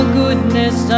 goodness